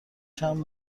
چند